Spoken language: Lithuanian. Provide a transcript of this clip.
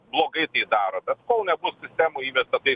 blogai tai daro bet kol nebus sistemoj įvesta tai